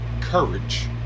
courage